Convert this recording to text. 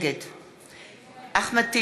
נגד אחמד טיבי,